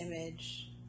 image